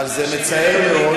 אבל זה מצער מאוד.